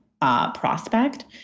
Prospect